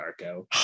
Darko